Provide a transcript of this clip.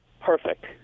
Perfect